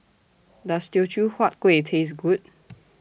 Does Teochew Huat Kueh Taste Good